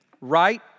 right